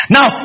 Now